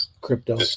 crypto